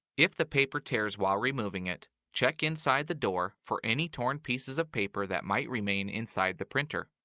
if the paper tears while removing it, check inside the door for any torn pieces of paper that might remain inside the printer.